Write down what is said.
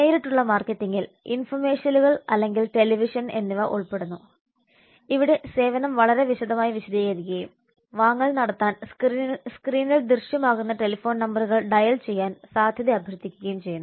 നേരിട്ടുള്ള മാർക്കറ്റിംഗിൽ ഇൻഫോമെർഷ്യലുകൾ അല്ലെങ്കിൽ ടെലിവിഷൻ എന്നിവ ഉൾപ്പെടുന്നു അവിടെ സേവനം വളരെ വിശദമായി വിശദീകരിക്കുകയും വാങ്ങൽ നടത്താൻ സ്ക്രീനിൽ ദൃശ്യമാകുന്ന ടെലിഫോൺ നമ്പറുകൾ ഡയൽ ചെയ്യാൻ സാധ്യത അഭ്യർത്ഥിക്കുകയും ചെയ്യുന്നു